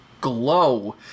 glow